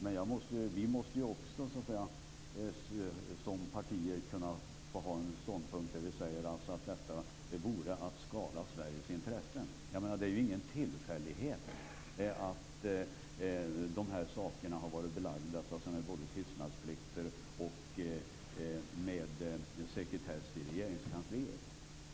Men vi måste ju också som partier kunna ha en ståndpunkt där vi säger att det här vore att skada Sveriges intressen. Jag menar att det inte är någon tillfällighet att de här sakerna har varit belagda med både tystnadsplikt och sekretess i Regeringskansliet.